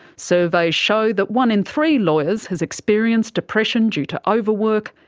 surveys show that one in three lawyers has experienced depression due to overwork,